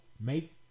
make